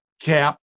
cap